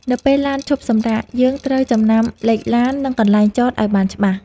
នៅពេលឡានឈប់សម្រាក យើងត្រូវចំណាំលេខឡាន និងកន្លែងចតឱ្យបានច្បាស់។